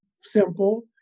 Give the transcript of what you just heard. simple